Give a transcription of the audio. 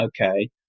okay